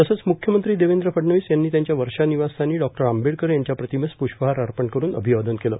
तसंच मुख्यमंत्री देवेंद्र फडणवीस यांनी त्यांच्या वर्षा निवासस्थानी डॉ आंबेडकर यांच्या प्रतिमेस पुष्पहार अर्पण करून अभिवादन केलं